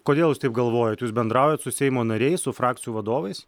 kodėl jūs taip galvojat jūs bendraujat su seimo nariais su frakcijų vadovais